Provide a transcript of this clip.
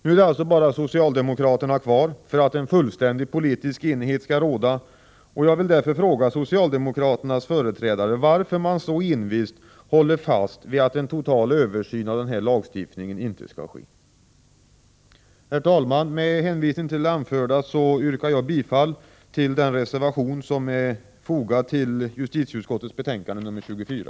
Nu är det alltså bara socialdemokraterna kvar för att en fullständig politisk enighet skall råda, och jag vill därför fråga socialdemokraternas företrädare varför man så envist håller fast vid att en total översyn av denna lagstiftning inte skall ske. Herr talman! Med hänvisning till det anförda yrkar jag bifall till den reservation som är fogad till justitieutskottets betänkande nr 24.